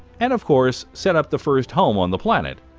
and of course, set up the first home on the planet.